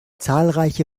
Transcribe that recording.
zahlreiche